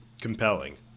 compelling